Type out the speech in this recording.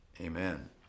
Amen